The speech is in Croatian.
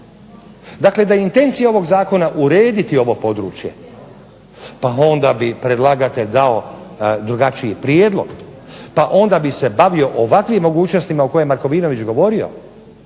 Dakle da je intencija ovog zakona urediti ovo područje, pa onda bi predlagatelj dao drugačiji prijedlog, pa onda bi se bavio ovakvim mogućnostima o kojima je Markovinović govorio,